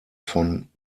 von